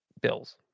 Bills